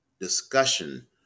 discussion